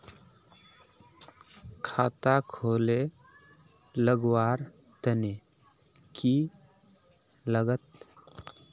खाता खोले लगवार तने की लागत?